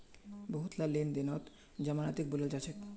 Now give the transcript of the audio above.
बहुतला लेन देनत जमानतीक बुलाल जा छेक